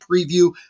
preview